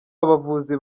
abavuzi